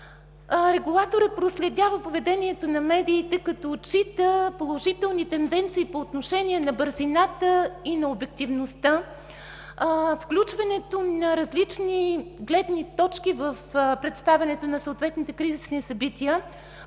Регулаторът проследява поведението на медиите, като отчита положителни тенденции по отношение на бързината и на обективността, включването на различни гледни точки в представянето на съответните кризисни събития.